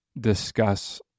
discuss